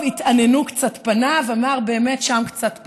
טוב, התעננו קצת פניו, אמר: באמת שם קצת פחות.